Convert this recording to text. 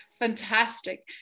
Fantastic